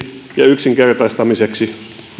ja yksinkertaistamiseksi